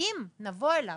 אם נבוא אליו